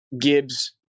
Gibbs